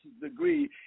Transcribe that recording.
degree